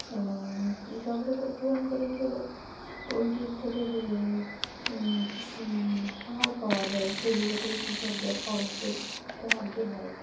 এবং কৃষকরা পোলট্রি ফার্মকারী হিসাবে পোলট্রির থেকে যে সার পাওয়া যায় সেগুলো থেকে কৃষকদের অবশ্যই সাহায্য হয়